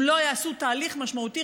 אם לא יעשו תהליך משמעותי,